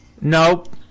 Nope